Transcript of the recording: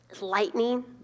lightning